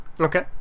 Okay